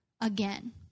again